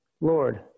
Lord